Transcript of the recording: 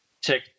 check